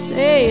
Say